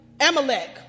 Amalek